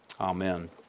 amen